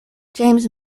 james